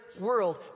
world